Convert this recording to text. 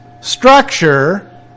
structure